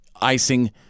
icing